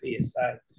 PSA